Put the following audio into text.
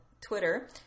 Twitter